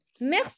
Merci